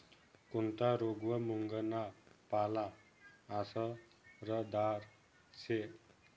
कोनता रोगवर मुंगना पाला आसरदार शे